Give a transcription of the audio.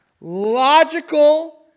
logical